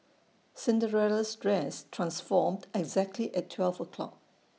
Cinderella's dress transformed exactly at twelve o' clock